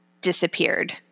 disappeared